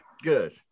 good